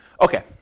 Okay